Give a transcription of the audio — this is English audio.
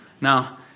Now